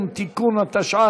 נתקבלה.